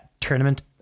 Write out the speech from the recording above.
tournament